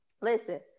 listen